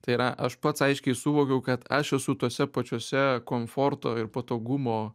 tai yra aš pats aiškiai suvokiau kad aš esu tose pačiose komforto ir patogumo